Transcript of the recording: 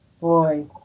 boy